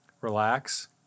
relax